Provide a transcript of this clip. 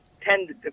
tend